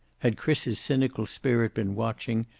had chris's cynical spirit been watching,